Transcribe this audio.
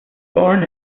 born